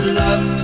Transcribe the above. love